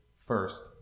first